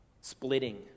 splitting